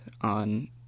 on